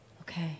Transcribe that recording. Okay